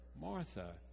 Martha